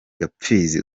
gapfizi